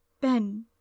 Ben